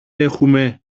έχουμε